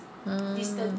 mm